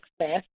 success